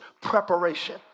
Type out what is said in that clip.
preparation